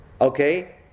okay